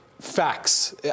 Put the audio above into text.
Facts